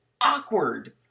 awkward